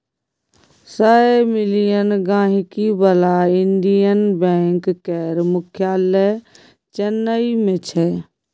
सय मिलियन गांहिकी बला इंडियन बैंक केर मुख्यालय चेन्नई मे छै